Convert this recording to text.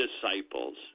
disciples